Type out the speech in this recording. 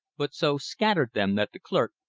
but so scattered them that the clerk,